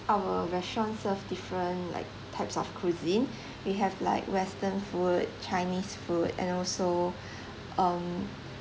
our restaurant serve different like types of cuisine we have like western food chineese food and also um